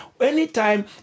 Anytime